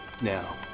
now